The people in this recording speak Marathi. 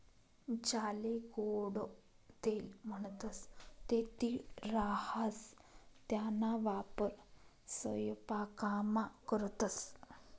ज्याले गोडं तेल म्हणतंस ते तीळ राहास त्याना वापर सयपाकामा करतंस